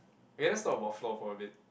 okay let's talk about floor for a bit